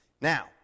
Now